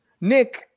Nick